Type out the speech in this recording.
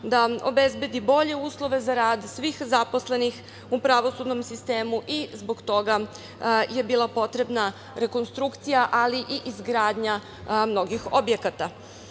da obezbedi bolje uslove za rad svih zaposlenih u pravosudnom sistemu i zbog toga je bila potrebna rekonstrukcija, ali i izgradnja mnogih objekata. Počeću